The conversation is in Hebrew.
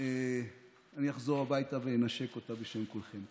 אני אחזור הביתה ואנשק אותה בשם כולכם.